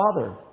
father